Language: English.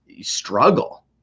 struggle